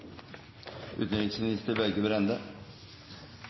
utenriksminister Børge Brende,